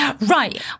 Right